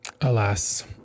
Alas